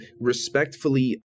respectfully